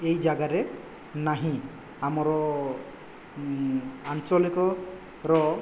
ଏହି ଜାଗାରେ ନାହିଁ ଆମର ଆଞ୍ଚଳିକର